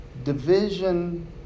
Division